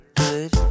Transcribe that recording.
good